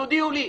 תודיעו לי.